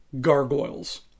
Gargoyles